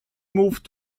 moved